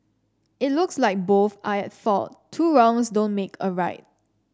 it looks like both are at fault two wrongs don't make a right